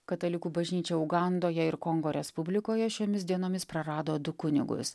katalikų bažnyčia ugandoje ir kongo respublikoje šiomis dienomis prarado du kunigus